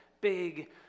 big